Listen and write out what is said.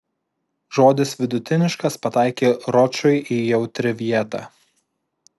žodis vidutiniškas pataikė ročui į jautri vietą